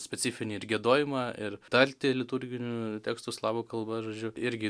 specifinį ir giedojimą ir tartį liturginių tekstų slavų kalba žodžiu irgi